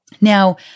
Now